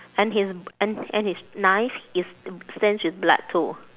and his and and his knife is stains with blood too